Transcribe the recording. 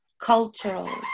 cultural